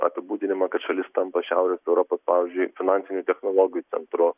apibūdinimą kad šalis tampa šiaurės europa pavyzdžiui finansinių technologijų centru